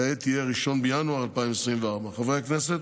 כעת יהיה ב-1 בינואר 2024. חברי הכנסת,